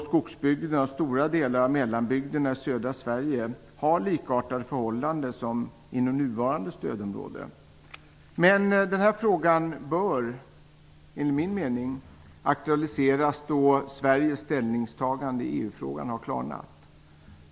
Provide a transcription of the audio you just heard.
Skogsbygderna och stora delar av mellanbygderna i södra Sverige har förhållanden som liknar dem inom nuvarande stödområden. Denna fråga bör, enligt min mening, aktualiseras då Sveriges ställningstagande i EU-frågan har klarnat.